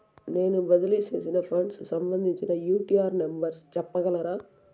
నేను బదిలీ సేసిన ఫండ్స్ సంబంధించిన యూ.టీ.ఆర్ నెంబర్ సెప్పగలరా